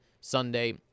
Sunday